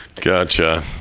Gotcha